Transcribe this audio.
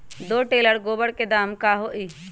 दो टेलर गोबर के दाम का होई?